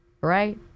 Right